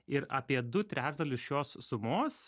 ir apie du trečdalius šios sumos